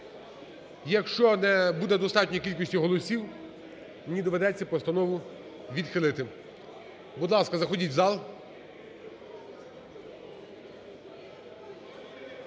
Якщо не буде достатньої кількості голосів, мені доведеться постанову відхилити. Будь ласка, заходіть у зал.